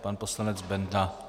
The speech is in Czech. Pan poslanec Benda.